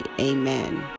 Amen